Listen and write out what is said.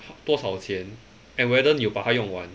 多少钱 and whether 你有把它用完